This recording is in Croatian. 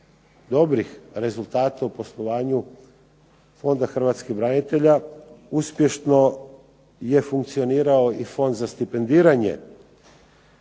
dobrih rezultata u poslovanju Fonda hrvatskih branitelja, uspješno je funkcionirao i Fond za stipendiranje